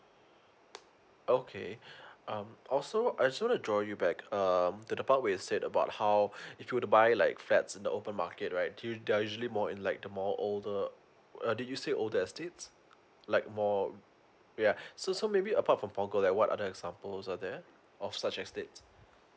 okay um also I just wanna draw you back um to the part where you said about how if you were to buy like flats in the open market right they're usually more in like the more older did you say older estates like more yeah so so maybe apart from forgo that what other examples are there of such estates